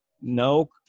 No